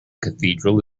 cathedral